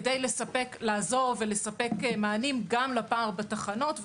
כדי לעזור ולספק מענים גם לפער בתחנות,